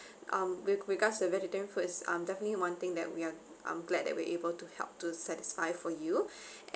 um with regards to vegetarian food is um definitely one thing that we are um glad that we're able to help to satisfy for you